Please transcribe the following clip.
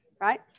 right